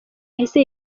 yahise